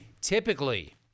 Typically